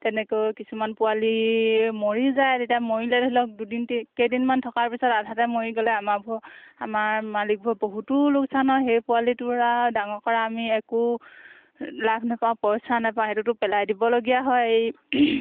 তেনেকৈ কিছুমান পোৱালি মৰি যায় তেতিয়া মৰিলে ধৰি লওক দুদিন কেইদিনমান থকাৰ পিছত আধাতে মৰি গ'লে আমাৰবোৰ আমাৰ মালিকবোৰ বহুতো লোকচান হয় সেই পোৱালিটো আৰু ডাঙৰ কৰাৰ আমি একো লাভ নাপাওঁ পইচা নাপাওঁ সেইটোতো পেলাই দিবলগীয়া হয় এই